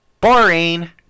Boring